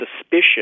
suspicion